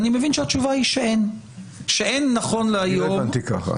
אני מבין שהתשובה היא שאין נכון להיום --- אני לא הבנתי ככה.